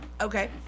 okay